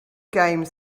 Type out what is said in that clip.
games